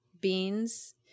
beans